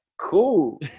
cool